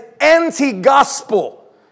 anti-gospel